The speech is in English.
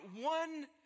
one